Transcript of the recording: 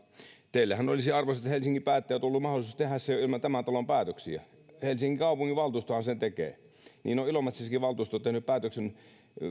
teillähän olisi arvoisat helsingin päättäjät ollut mahdollisuus tehdä se jo ilman tämän talon päätöksiä helsingin kaupunginvaltuustohan sen tekee niin on ilomantsissakin valtuusto tehnyt päätöksen